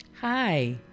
Hi